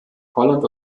holland